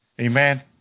Amen